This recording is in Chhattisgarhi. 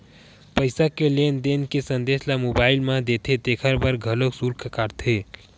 पईसा के लेन देन के संदेस ल मोबईल म देथे तेखर बर घलोक सुल्क काटथे